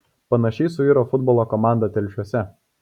panašiai suiro futbolo komanda telšiuose